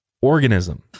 organism